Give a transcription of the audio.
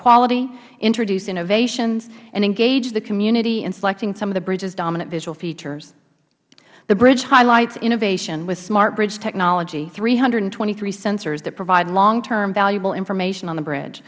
quality introduce innovations and engage the community in selecting some of the bridges dominant visual features the bridge highlights innovation with smart bridge technology three hundred and twenty three sensors that provide long term valuable information on the bridge